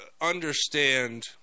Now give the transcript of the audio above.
understand